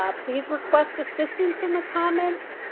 ah please request assistance in the comments